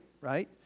right